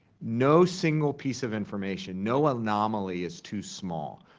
no single piece of information, no anomaly is too small.